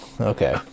okay